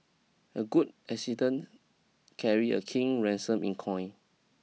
a good assistant carry a king ransom in coin